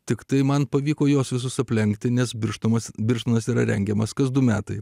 tiktai man pavyko juos visus aplenkti nes birštonas birštonas yra rengiamas kas du metai